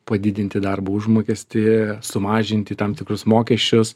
padidinti darbo užmokestį sumažinti tam tikrus mokesčius